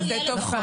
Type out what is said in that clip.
צריך